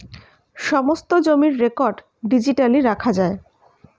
সমস্ত জমির record digitally রাখা যায়